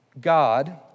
God